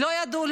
לא ידעו,